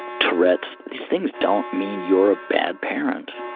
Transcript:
tourette's, these things don't mean you are a bad parent,